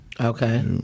Okay